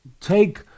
take